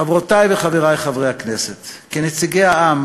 חברותי וחברי חברי הכנסת, כנציגי העם